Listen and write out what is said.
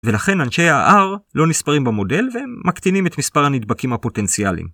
ולכן אנשי ה-R לא נספרים במודל והם מקטינים את מספר הנדבקים הפוטנציאליים.